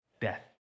death